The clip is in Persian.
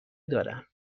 دارم